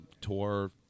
tour